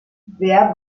wer